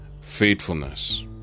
faithfulness